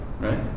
right